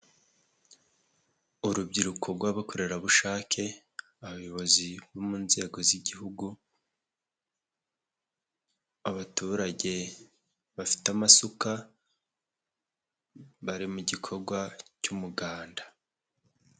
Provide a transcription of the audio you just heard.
Urubyiruko rw'abakorerabushake abayobozi bo mu nzego z'igihugu, abaturage bafite amasuka bari mu gikorwa cy'umuganda.